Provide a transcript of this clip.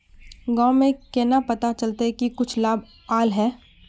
गाँव में केना पता चलता की कुछ लाभ आल है?